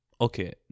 Okay